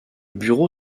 bureau